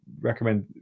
recommend